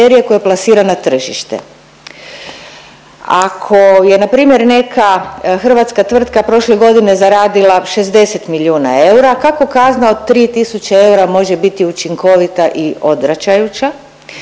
koje plasira na tržište. Ako je npr. neka hrvatska tvrtka prošle godine zaradila 60 milijuna eura, kako kazna od 3 tisuće eura može biti učinkovita i odvraćajuća?